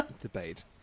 Debate